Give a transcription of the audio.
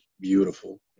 beautiful